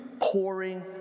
pouring